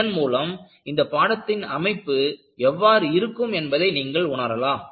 இதன் மூலம் இந்த பாடத்தின் அமைப்பு எவ்வாறு இருக்கும் என்பதை நீங்கள் உணரலாம்